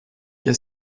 qu’à